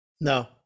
no